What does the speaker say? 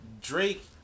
Drake